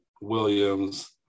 williams